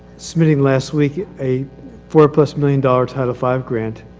submitting last week a four plus million dollar title five grant.